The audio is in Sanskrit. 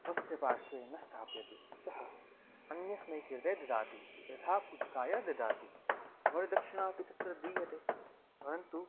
स्वस्य पार्श्वे न स्थापयति सः अन्यस्मै कृते ददाति यथा पूजकाय ददाति वरदक्षिणापि तत्र दीयते परन्तु